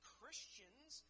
Christians